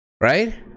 right